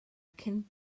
cyn